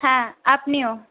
হ্যাঁ আপনিও